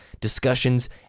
discussions